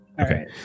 Okay